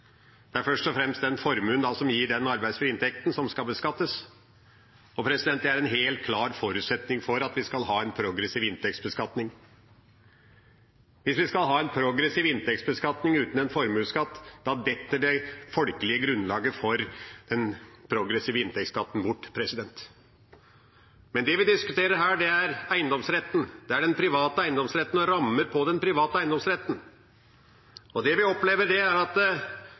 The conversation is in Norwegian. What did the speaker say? Det er først og fremst den formuen som gir den arbeidsfrie inntekten som skal beskattes. Det er en helt klar forutsetning for at vi skal ha en progressiv inntektsbeskatning. Hvis vi skal ha en progressiv inntektsbeskatning uten en formuesskatt, detter det folkelige grunnlaget for den progressive inntektsskatten bort. Men det vi diskuterer her, er eiendomsretten, den private eiendomsretten og rammer for den. Det vi opplever, er at